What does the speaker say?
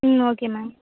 ம் okay ma'am